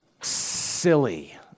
silly